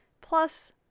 Plus